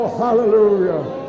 hallelujah